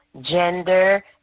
gender